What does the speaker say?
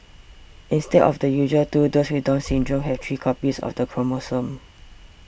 instead of the usual two those with Down Syndrome have three copies of the chromosome